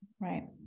Right